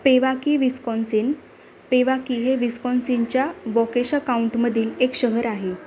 Pewaukee Wisconsin Pewaukee हे विस्कॉन्सिनच्या Waukesha काउंटमधील एक शहर आहे